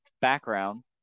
background